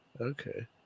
Okay